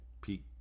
peak